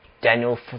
Daniel